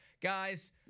guys